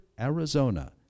Arizona